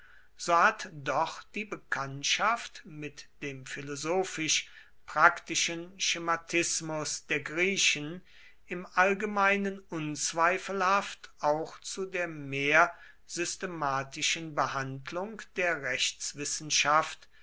so hat doch die bekanntschaft mit dem philosophisch praktischen schematismus der griechen im allgemeinen unzweifelhaft auch zu der mehr systematischen behandlung der rechtswissenschaft